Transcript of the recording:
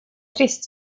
trist